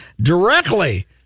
directly